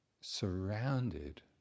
surrounded